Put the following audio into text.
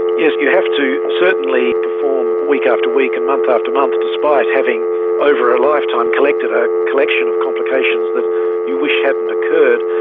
yes, you have to certainly perform week after week and month after month, despite having over a lifetime collected a collection of complications that you wish hadn't occurred.